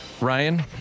Ryan